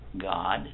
God